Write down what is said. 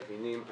מבינים.